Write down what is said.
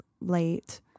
late